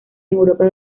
europa